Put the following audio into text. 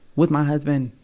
with my husband.